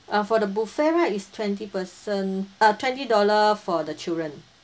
uh for the buffet right it's twenty person uh twenty dollar for the children